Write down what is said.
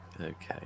Okay